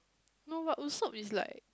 no but Usopp is like